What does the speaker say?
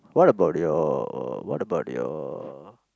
what about your what about your